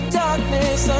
darkness